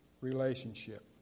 relationship